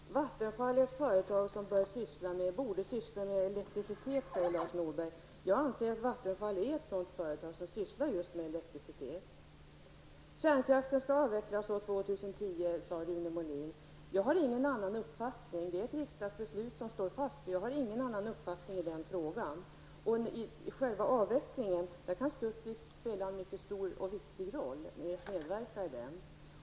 Herr talman! Vattenfall är ett företag som borde syssla med elektricitet, säger Lars Norberg. Jag anser att Vattenfall är ett företag som sysslar just med elektricitet. Det är riktigt att Rune Molin sade att kärnkraften skall avvecklas till år 2010. Det är ett riksdagsbeslut som står fast, och jag har ingen annan uppfattning i den frågan. I själva avvecklingen kan Studsvik spela en viktig roll.